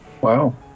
Wow